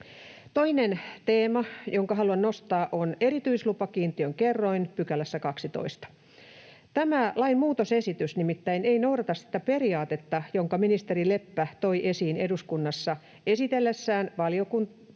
Toinen teema, jonka haluan nostaa, on erityislupakiintiön kerroin 12 §:ssä. Tämä lainmuutosesitys nimittäin ei noudata sitä periaatetta, jonka ministeri Leppä toi esiin eduskunnassa esitellessään aikoinaan